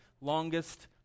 longest